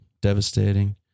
Devastating